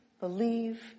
believe